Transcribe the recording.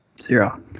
Zero